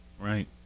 Right